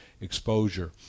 exposure